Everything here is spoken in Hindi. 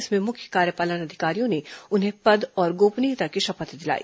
इसमें मुख्य कार्यपालन अधिकारियों ने उन्हें पद और गोपनीयता की शपथ दिलाई